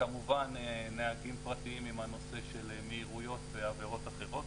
כמובן נהגים פרטיים עם הנושא של מהירויות ועבירות אחרות,